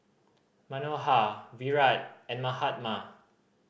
Manohar Virat and Mahatma